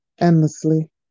endlessly